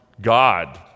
God